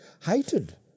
hated